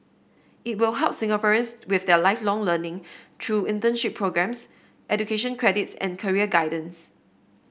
it will help Singaporeans with their Lifelong Learning through internship programmes education credits and career guidance